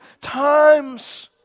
times